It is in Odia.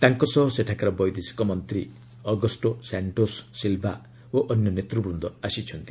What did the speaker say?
ତାଙ୍କ ସହ ସେଠାକାର ବୈଦେଶିକ ମନ୍ତ୍ରୀ ଅଗଷ୍ଟୋ ସାଙ୍କୋସ ସିଲ୍ବା ଓ ଅନ୍ୟ ନେତୃବୃନ୍ଦ ଆସିଛନ୍ତି